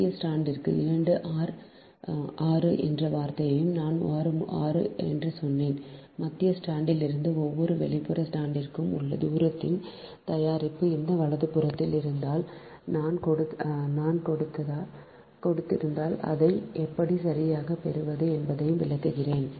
மத்திய ஸ்ட்ராண்டிலிருந்து 2 ஆர் 6 என்ற வார்த்தையும் நான் 6 முறை சொன்னேன் மத்திய ஸ்ட்ராண்டிலிருந்து ஒவ்வொரு வெளிப்புற ஸ்ட்ராண்டிற்கும் உள்ள தூரத்தின் தயாரிப்பு இந்த வலதுபுறத்தில் இருந்தால் நான் கொடுத்திருந்தால் அதை எப்படி சரியாகப் பெறுவது என்பதையும் விளக்கினேன்